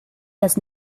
does